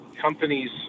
companies